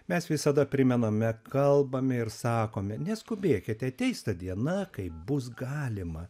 mes visada primename kalbame ir sakome neskubėkite ateis ta diena kai bus galima